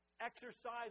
exercise